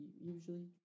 usually